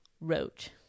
Roach